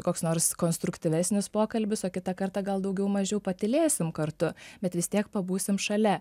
koks nors konstruktyvesnis pokalbis o kitą kartą gal daugiau mažiau patylėsim kartu bet vis tiek pabūsim šalia